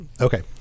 Okay